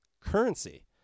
currency